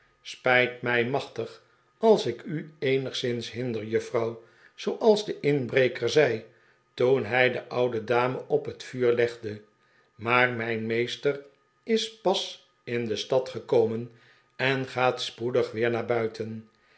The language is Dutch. spijt mij machtig als ik u eenigszins hinder juffrouw zooals de inbreker zei toen hij de oude dame op het vuur legde maar mijn meester is pas in de stad gekomen en gaat spoedig weer naar buiten